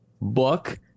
book